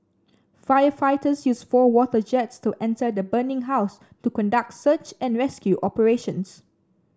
firefighters used four water jets to enter the burning house to conduct search and rescue operations